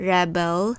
Rebel